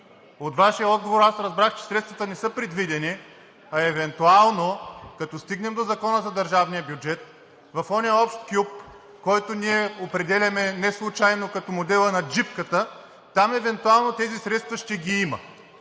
от Вашия отговор разбрах, че средствата не са предвидени, а евентуално, като стигнем до Закона за държавния бюджет, в онзи общ кюп, който ние определяме неслучайно като модела на джипката, там евентуално тези средства ще ги има.